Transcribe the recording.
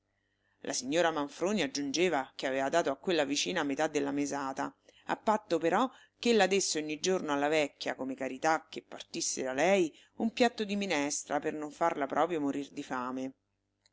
la signora manfroni aggiungeva che aveva dato a quella vicina metà della mesata a patto però ch'ella desse ogni giorno alla vecchia come carità che partisse da lei un piatto di minestra per non farla proprio morir di fame